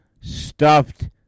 stuffed